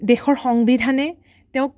দেশৰ সংবিধানে তেওঁক